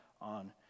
on